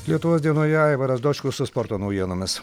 lietuvos dienoje aivaras dočkus su sporto naujienomis